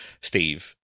Steve